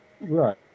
Right